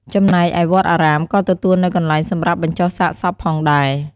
ចំណែកឯវត្តអារាម ក៏ទទួលនៅកន្លែងសម្រាប់បញ្ចុះសាកសពផងដែរ។